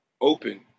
open